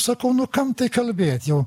sakau nu kam tai kalbėt jau